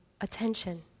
attention